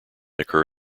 occur